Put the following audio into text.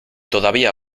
todavía